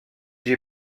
j’ai